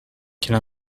quelle